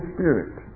Spirit